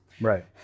Right